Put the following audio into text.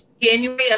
January